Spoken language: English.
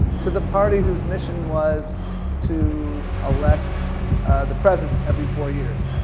to the party who's mission was to elect the president every four years.